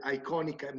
iconic